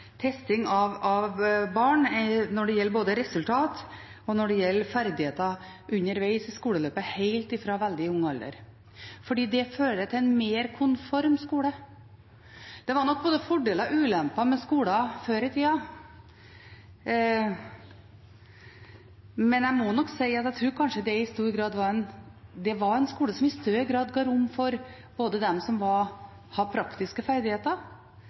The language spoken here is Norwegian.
ferdigheter underveis i skoleløpet, helt fra veldig ung alder. Det fører til en mer konform skole. Det var nok både fordeler og ulemper med skolen før i tida, men jeg må si at jeg tror at det var en skole som i større grad ga rom for dem som hadde praktiske ferdigheter,